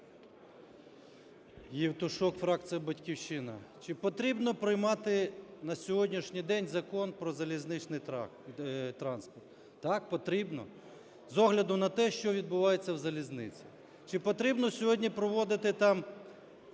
Євтушок, фракція "Батьківщина". Чи потрібно приймати на сьогоднішній день Закон про залізничний транспорт? Так, потрібно. З огляду на те, що відбувається в залізниці, чи потрібно сьогодні проводити там